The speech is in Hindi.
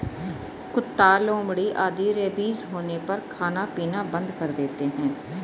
कुत्ता, लोमड़ी आदि रेबीज होने पर खाना पीना बंद कर देते हैं